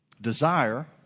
desire